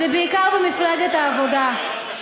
זה בעיקר במפלגת העבודה.